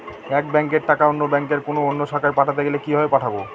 এক ব্যাংকের টাকা অন্য ব্যাংকের কোন অন্য শাখায় পাঠাতে গেলে কিভাবে পাঠাবো?